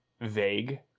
vague